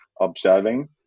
observing